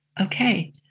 okay